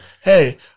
hey